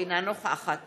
אינה נוכחת